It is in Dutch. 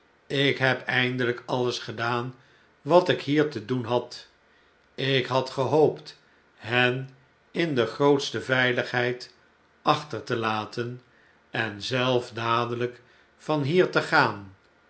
ik heb eindeljjk alles gedaan wat ik hier te doen had ik had gehoopt hen in de grootste veiligheid achter te laten en zelf dadelijk van hier te gaan